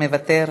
מוותר,